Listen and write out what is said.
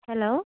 hello